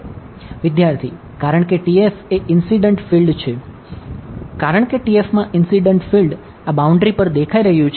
વિદ્યાર્થી કારણ કે TF એ ઇન્સીડંટ ફિલ્ડ છે